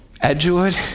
Edgewood